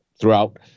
throughout